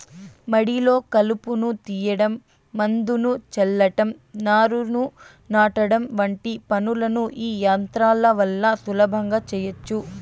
మడిలో కలుపును తీయడం, మందును చల్లటం, నారును నాటడం వంటి పనులను ఈ యంత్రాల వల్ల సులభంగా చేయచ్చు